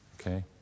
okay